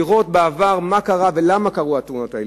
לראות מה קרה בעבר ולמה קרו התאונות האלה,